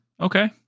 Okay